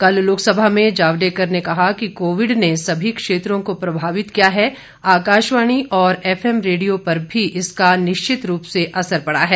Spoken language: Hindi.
कल लोकसभा में जावड़ेकर ने कहा कि कोविड ने समी क्षेत्रों को प्रभावित किया है आकाशवाणी और एफएम रेडियो पर भी इसका निश्चित रूप से असर पड़ा है